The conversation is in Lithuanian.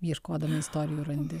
ieškodami istorijų randi